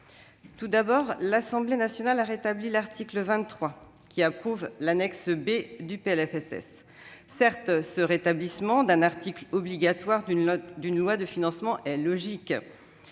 Tout d'abord, l'Assemblée nationale a rétabli l'article 23, qui approuve l'annexe B du PLFSS. Certes, ce rétablissement d'un article obligatoire d'une loi de financement est logique,